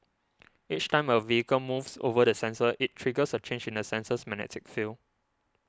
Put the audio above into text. each time a vehicle moves over the sensor it triggers a change in the sensor's magnetic field